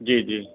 जी जी